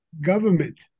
government